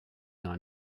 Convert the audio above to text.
gar